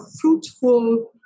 fruitful